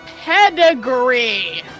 Pedigree